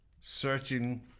searching